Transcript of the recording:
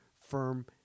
firm